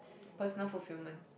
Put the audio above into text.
personal fulfilment